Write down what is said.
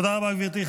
תודה רבה, גברתי.